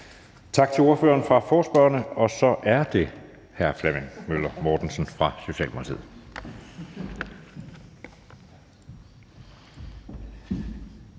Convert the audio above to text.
Tak til ordføreren for forespørgerne. Så er det hr. Flemming Møller Mortensen for Socialdemokratiet.